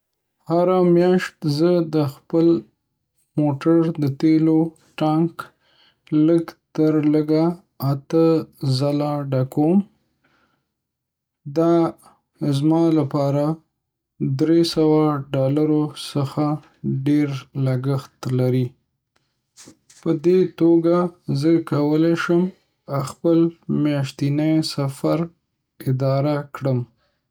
هره میاشت زه د خپل موټر د تیلو ټانک لږ تر لږه اته ځله ډکوم. دا زما لپاره له درې سوه ډالرو څخه ډیر لګښت لري. پدې توګه زه کولی شم خپل میاشتنی سفر اداره کړم.